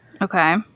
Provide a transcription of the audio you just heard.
okay